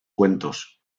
cuentos